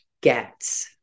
get